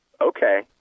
okay